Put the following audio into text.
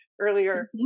earlier